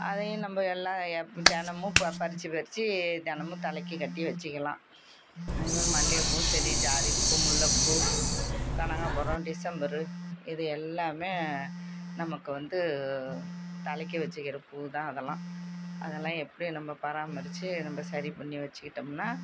அதையும் நம்ம எல்லாம் தினமும் பறித்து பறித்து தினமும் தலைக்கு கட்டி வச்சிக்கலாம் மல்லியைப் பூவும் சரி ஜாதிப் பூ முல்லைப் பூ கனகாம்பரம் டிசம்பர் இது எல்லாமே நமக்கு வந்து தலைக்கு வச்சிக்கிற பூ தான் அதெல்லாம் அதெல்லாம் எப்படி நம்ம பராமரித்து நம்ம சரி பண்ணி வச்சிகிட்டமுன்னால்